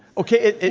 okay.